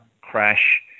crash